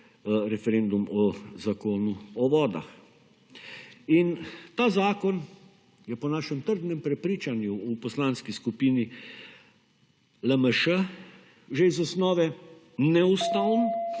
referendum o Zakonu o vodah. In, ta zakon je po našem trdnem prepričanju, v Poslanski skupini LMŠ, že iz osnove / znak